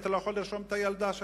אתה לא יכול לרשום את הילדה שלך,